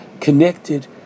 connected